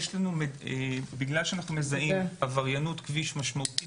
בגלל שאנחנו מזהים עבריינות כביש משמעותית